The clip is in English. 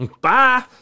Bye